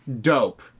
dope